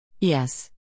Yes